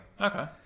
Okay